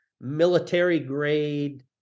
military-grade